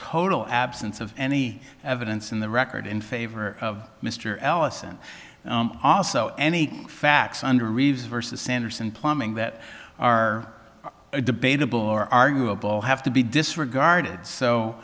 total absence of any evidence in the record in favor of mr allison also any facts under reeves vs sanderson plumbing that are debatable or arguable have to be disregarded so